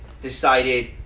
Decided